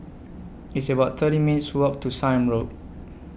It's about thirty minutes' Walk to Sime Road